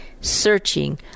searching